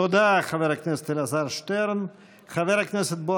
תודה, חבר הכנסת אלעזר שטרן.